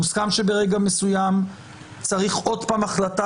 מוסכם שברגע מסוים צריך עוד פעם החלטה